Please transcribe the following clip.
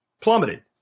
plummeted